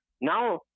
Now